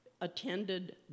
attended